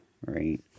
right